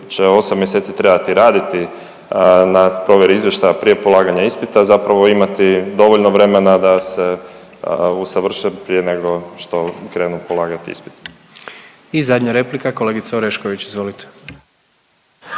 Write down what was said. će 8 mjeseci trebati raditi na provjeri izvještaja prije polaganja ispita, zapravo imati dovoljno vremena da se usavrše prije nego što krenu polagat ispit. **Jandroković, Gordan (HDZ)** I zadnja replika, kolegica Orešković, izvolite.